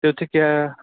ਅਤੇ ਉੱਥੇ ਕਿਆ